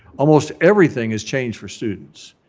almost everything has changed for students.